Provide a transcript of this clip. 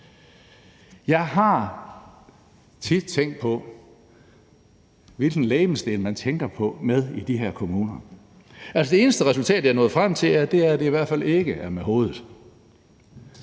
Jeg har tit tænkt på, hvilken legemsdel man tænker med i de her kommuner. Altså, det eneste resultat, jeg er nået frem til, er, at det i hvert fald ikke er med hovedet.